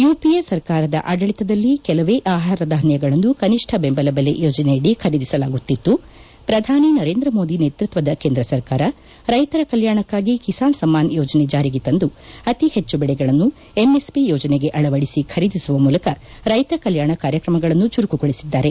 UPA ಸರ್ಕಾರದ ಆದಳಿತದಲ್ಲಿ ಕೆಲವೇ ಆಹಾರಧಾನ್ಯಗಳನ್ನು ಕನಿಷ್ಣ ಬೆಂಬಲ ಬೆಲೆ ಯೋಜನೆಯಡಿ ಖರೀದಿಸಲಾಗುತ್ತಿತ್ತು ಪ್ರಧಾನಿ ನರೇಂದ್ರ ಮೋದಿ ನೇತ್ವತ್ವದ ಕೇಂದ್ರ ಸರ್ಕಾರ ರೈತರ ಕಲ್ಯಾಣಕ್ಲಾಗಿ ಕಿಸಾನ್ ಸಮ್ಮಾನ್ ಯೋಜನೆ ಜಾರಿಗೆ ತಂದು ಅತಿ ಹೆಚ್ಚು ಬೆಳೆಗಳನ್ನು ಎಂಎಸ್ಪಿ ಯೋಜನೆಗೆ ಅಳವಡಿಸಿ ಖರೀದಿಸುವ ಮೂಲಕ ರೈತ ಕಲ್ಯಾಣ ಕಾರ್ಯಕ್ರಮಗಳನ್ನು ಚುರುಕುಗೊಳಿಸಿದ್ದಾರೆ